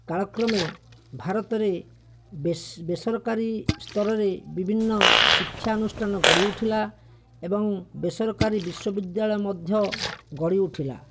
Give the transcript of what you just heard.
କାଳକ୍ରମେ ଭାରତରେ ବେସରକାରୀ ସ୍ତରରେ ବିଭିନ୍ନ ଶିକ୍ଷା ଅନୁଷ୍ଠାନ ଗଢ଼ି ଉଠିଲା ଏବଂ ବେସରକାରୀ ବିଶ୍ୱବିଦ୍ୟାଳୟ ମଧ୍ୟ ଗଢ଼ି ଉଠିଲା